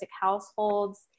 households